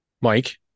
Mike